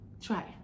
try